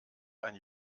ein